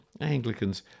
Anglicans